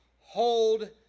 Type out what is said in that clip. hold